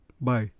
Bye